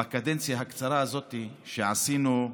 בקדנציה הקצרה הזאת, שעשינו,